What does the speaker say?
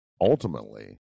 ultimately